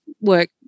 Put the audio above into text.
work